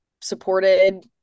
supported